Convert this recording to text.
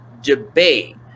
debate